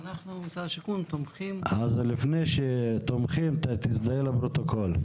תזדהה לפרוטוקול.